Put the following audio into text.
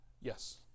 Yes